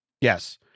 Yes